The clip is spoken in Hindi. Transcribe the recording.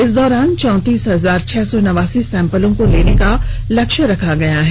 इस दौरान चौंतीस हजार छह सौ नवासी सैम्पलों को लेने का लक्ष्य रखा गया है